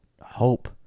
hope